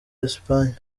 esipanye